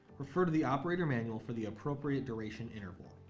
refer to the operator manual for the appropriate duration interval.